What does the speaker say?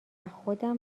خودم